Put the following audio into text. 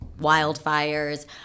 wildfires